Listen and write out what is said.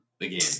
again